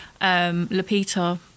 Lapita